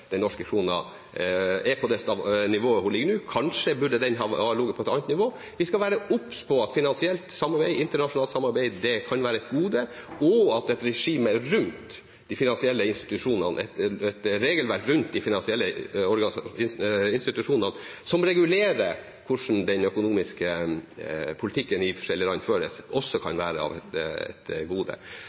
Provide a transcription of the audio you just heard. den norske krona er på det nivået den er. Kanskje burde den ha ligget på et annet nivå. Vi skal være obs på at finansielt samarbeid og internasjonalt samarbeid kan være et gode, og at et regelverk rundt de finansielle institusjonene som regulerer hvordan den økonomiske politikken i forskjellige land føres, også kan være et gode.